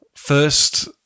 First